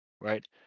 right